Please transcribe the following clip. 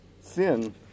sin